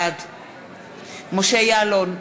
בעד משה יעלון,